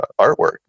artwork